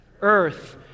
Earth